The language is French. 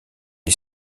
est